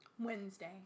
Wednesday